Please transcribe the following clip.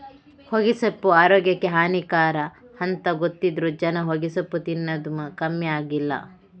ಹೊಗೆಸೊಪ್ಪು ಆರೋಗ್ಯಕ್ಕೆ ಹಾನಿಕರ ಅಂತ ಗೊತ್ತಿದ್ರೂ ಜನ ಹೊಗೆಸೊಪ್ಪು ತಿನ್ನದು ಕಮ್ಮಿ ಆಗ್ಲಿಲ್ಲ